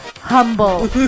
humble